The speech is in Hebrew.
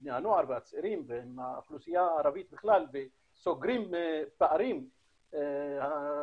בני הנוער והצעירים ועם האוכלוסייה הערבית בכלל וסוגרים פערים של